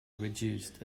reduced